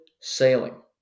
sailing